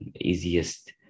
easiest